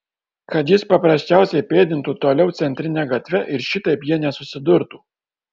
kad jis paprasčiausiai pėdintų toliau centrine gatve ir šitaip jie nesusidurtų